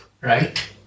right